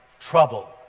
trouble